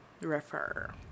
Refer